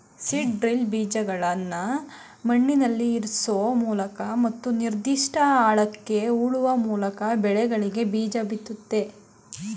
seed drill ಬೀಜಗಳ್ನ ಮಣ್ಣಲ್ಲಿಇರ್ಸೋಮೂಲಕ ಮತ್ತು ನಿರ್ದಿಷ್ಟ ಆಳಕ್ಕೆ ಹೂಳುವಮೂಲ್ಕಬೆಳೆಗಳಿಗೆಬೀಜಬಿತ್ತುತ್ತೆ